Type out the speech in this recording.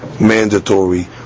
mandatory